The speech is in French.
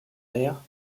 aires